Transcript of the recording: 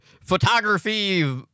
photography